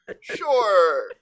Sure